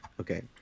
Okay